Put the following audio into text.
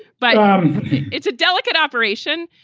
but it's a delicate operation.